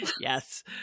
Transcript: Yes